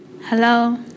Hello